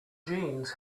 jeans